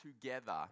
together